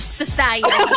society